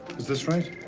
is this right?